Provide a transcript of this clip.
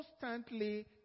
constantly